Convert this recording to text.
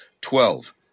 Twelve